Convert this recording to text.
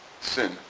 sin